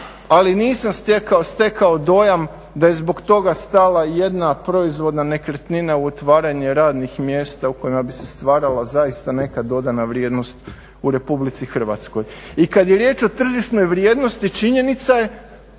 ali nisam stekao dojam da je zbog toga stala i jedna proizvodna nekretnina u otvaranje radnih mjesta u kojima bi se stvarala zaista neka dodana vrijednost u Republici Hrvatskoj. I kad je riječ o tržišnoj vrijednosti činjenica je